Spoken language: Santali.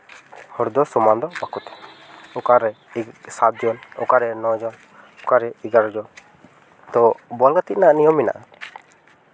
ᱦᱚᱲ ᱫᱚ ᱥᱚᱢᱟᱱ ᱫᱚ ᱵᱟᱠᱚ ᱛᱟᱦᱮᱱᱟ ᱚᱠᱟᱨᱮ ᱥᱟᱛ ᱡᱚᱱ ᱚᱠᱟᱨᱮ ᱱᱚ ᱡᱚᱱ ᱚᱠᱟᱨᱮ ᱮᱜᱟᱨᱚ ᱡᱚᱱ ᱛᱚ ᱵᱚᱞ ᱜᱟᱛᱮᱜ ᱨᱮᱱᱟᱜ ᱱᱤᱭᱚᱢ ᱢᱮᱱᱟᱜᱼᱟ